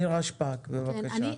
נירה שפק, בבקשה.